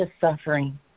suffering